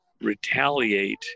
retaliate